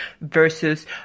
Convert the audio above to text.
versus